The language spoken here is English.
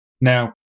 Now